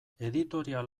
editorial